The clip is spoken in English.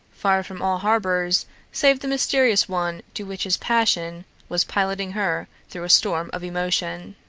far from all harbors save the mysterious one to which his passion was piloting her through a storm of emotion.